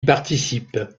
participe